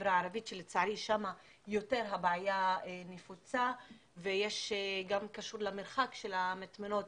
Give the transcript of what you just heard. בחברה הערבית שלצערי שם הבעיה יותר נפוצה ויש גם קשר למרחק של המטמנות